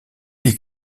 est